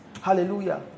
Hallelujah